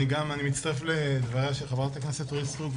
אני גם מצטרף לדבריה של חברת הכנסת אורית סטרוק,